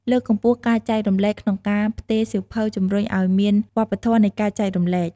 លើកកម្ពស់ការចែករំលែកក្នុងការផ្ទេរសៀវភៅជំរុញឱ្យមានវប្បធម៌នៃការចែករំលែក។